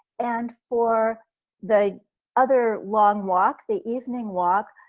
and for the other long walk, the evening walk,